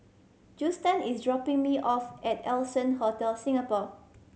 Juston is dropping me off at Allson Hotel Singapore